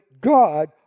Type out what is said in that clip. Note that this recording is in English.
God